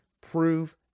prove